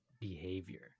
behavior